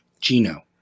Gino